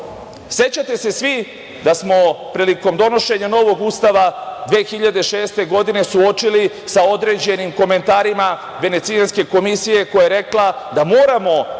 sećate se svi, da smo se prilikom donošenja novog Ustava 2006. godine suočili sa određenim komentarima Venecijanske komisije koja je rekla da moramo